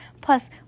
Plus